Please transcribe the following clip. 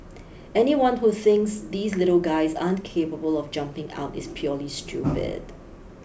anyone who thinks these little guys aren't capable of jumping out is purely stupid